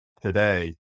today